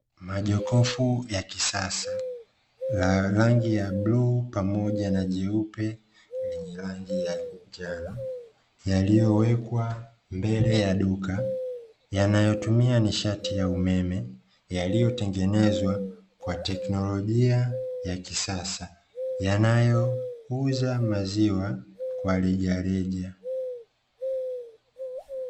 Majokofu ya kisasa la rangi ya Bluu pamoja na Nyeupe na rangi ya Njano, yaliyowekwa mbele ya duka yanayotumia nishati ya umeme, yaliyo tengenezwa kwa teknolojia ya kisasa yanayouza maziwa kwa rejareja.